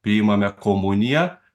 priimame komuniją